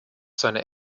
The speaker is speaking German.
seiner